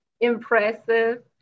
impressive